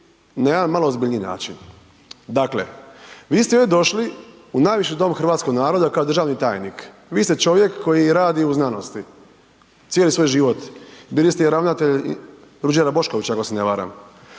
na jedan malo ozbiljniji način. Dakle, vi ste ovdje došli u najviši dom hrvatskog naroda kao državni tajnik, vi ste čovjek koji radi u znanosti, cijeli svoj život, bili ste i ravnatelj Ruđera Boškovića ako se ne varam.